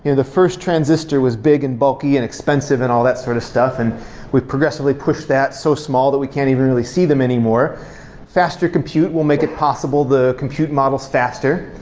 the first transistor was big and bulky and expensive and all that sort of stuff, and we've progressively pushed that so small that we can't even really see them anymore faster compute will make it possible, the compute models faster.